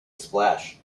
splash